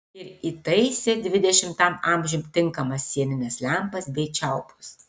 ir įtaisė dvidešimtam amžiui tinkamas sienines lempas bei čiaupus